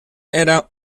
era